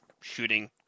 shooting